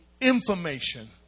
information